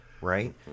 right